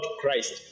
Christ